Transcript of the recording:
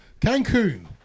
Cancun